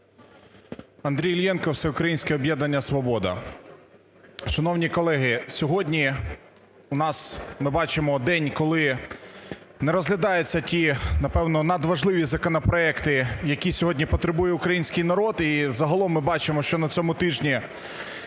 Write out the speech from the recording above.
Андрій Іллєнко, Всеукраїнське об'єднання "Свобода". Шановні колеги, сьогодні у нас ми бачимо день, коли не розглядаються ті, напевно, надважливі законопроекти, які сьогодні потребує український народ. І загалом ми бачимо, що на цьому тижні